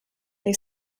they